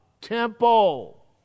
Temple